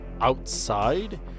outside